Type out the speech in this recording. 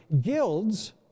guilds